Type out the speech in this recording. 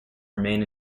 remain